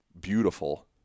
beautiful